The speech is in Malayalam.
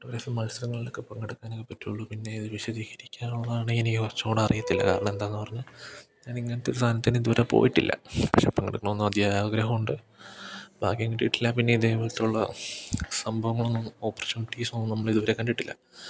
ഫോട്ടോഗ്രാഫി മത്സരങ്ങളിലൊക്കെ പങ്കെടുക്കാനൊക്കെ പറ്റുകയുള്ളു പിന്നെ ഇത് വിശദീകരിക്കാനുള്ളതാണെ എനിക്ക് കുറച്ചു കൂടി അറിയത്തില്ല കാരണം എന്താണെന്നു പറഞ്ഞാൽ ഞാനിങ്ങനത്തൊരു സാധനത്തിനിതു വരെ പോയിട്ടില്ല പക്ഷെ പങ്കെടുക്കണമെന്നതിയായ ആഗ്രഹമുണ്ട് ഭാഗ്യം കിട്ടിയിട്ടില്ല പിന്നെ ഇതേ പോലത്തുള്ള സംഭവങ്ങളൊന്നും ഓപ്പർച്യൂണിറ്റീസൊന്നും നമ്മളിതു വരെ കണ്ടിട്ടില്ല